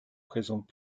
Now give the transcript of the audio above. présente